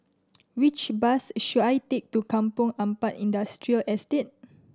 which bus should I take to Kampong Ampat Industrial Estate